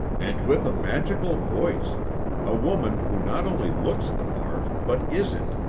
and with a magical voice a woman who not only looks the part, but is it.